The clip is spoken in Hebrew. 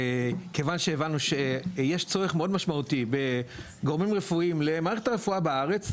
כיוון שהבנו שיש צורך מאוד משמעותי בגורמים רפואיים למערכת הרפואה בארץ,